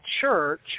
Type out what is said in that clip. church